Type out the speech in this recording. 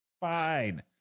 Fine